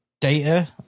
data